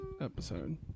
episode